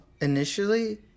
initially